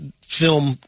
film